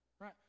right